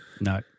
No